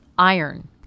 Iron